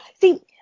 see